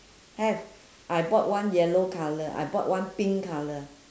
have I bought one yellow colour I bought one pink colour